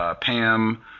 Pam